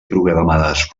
programades